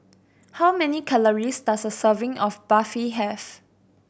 how many calories does a serving of Barfi have